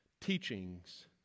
teachings